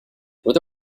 would